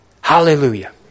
Hallelujah